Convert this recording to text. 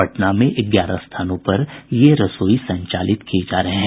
पटना में ग्यारह जगहों पर ये रसोई संचालित किये जा रहे हैं